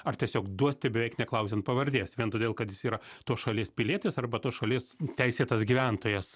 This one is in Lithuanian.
ar tiesiog duoti beveik neklausiant pavardės vien todėl kad jis yra tos šalies pilietis arba tos šalies teisėtas gyventojas